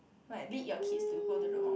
like lead your kids to go to the wrong